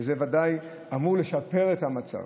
שזה ודאי אמור לשפר את המצב.